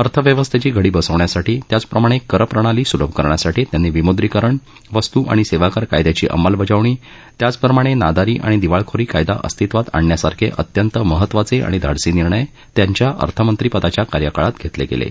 अर्थव्यवस्थव्वी घडी बसवण्यासाठी त्याचप्रमाण कर प्रणाली सुलभ करण्यासाठी त्यांनी विमुद्रीकरण वस्तू आणि सव्वा कर कायद्याची अंमलबजावणी त्याचप्रमाण नादारी आणि दिवाळखोरी कायदा अस्तित्वात आणण्यासारख अत्यंत महत्वाच आणि धाडसी निर्णय त्यांच्या अर्थमंत्रीपदाच्या कार्यकाळात घप्तल गव्न